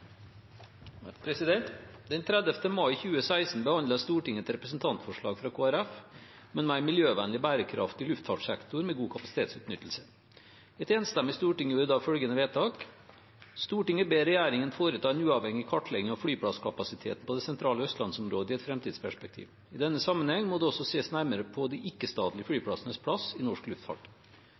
Den 30. mai 2016 behandlet Stortinget et representantforslag fra Kristelig Folkeparti om en mer miljøvennlig og bærekraftig luftfartssektor med god kapasitetsutnyttelse. Et enstemmig storting gjorde da følgende vedtak: «Stortinget ber regjeringen foreta en uavhengig kartlegging av flyplasskapasiteten på det sentrale Østlandsområdet i et fremtidsperspektiv. I denne sammenheng må det også ses nærmere på de ikke-statlige flyplassenes plass i norsk luftfart.»